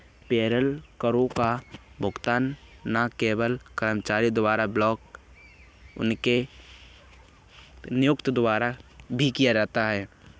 payroll करों का भुगतान न केवल कर्मचारी द्वारा बल्कि उनके नियोक्ता द्वारा भी किया जाता है